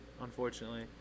unfortunately